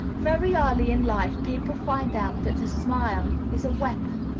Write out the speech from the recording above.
very early in life people find out that a smile is a weapon,